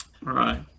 right